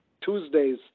Tuesdays